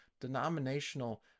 denominational